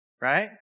Right